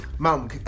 mom